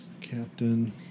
Captain